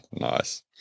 Nice